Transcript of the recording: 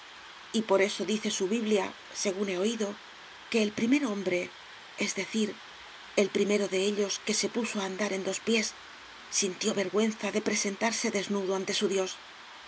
y por eso dice su biblia según les he oído que el primer hombre es decir el primero de ellos que se puso a andar en dos pies sintió vergüenza de presentarse desnudo ante su dios